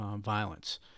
violence